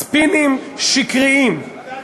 ספינים שקריים, שיטת "מצליח".